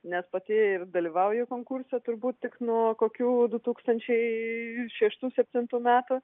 nes pati ir dalyvauju konkurse turbūt tik nuo kokių du tūkstančiai šeštų septintų metų